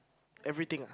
everything ah